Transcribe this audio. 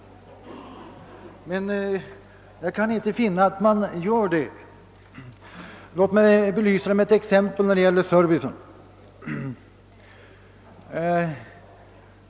Jag kan inte finna att man gör det. Låt mig belysa detta med ett exempel när det gäller servicen.